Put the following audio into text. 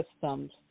systems